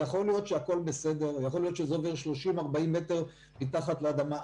יכול להיות שהכול בסדר ויכול להיות שאלה 30 או 40 מטרים מתחת לאדמה,